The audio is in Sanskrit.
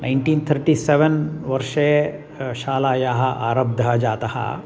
नैन्टीन् थर्टि सेवेन् वर्षे शालायाः आरब्धः जातः